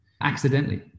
accidentally